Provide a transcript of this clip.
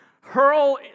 hurl